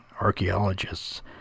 archaeologists